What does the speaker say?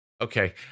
Okay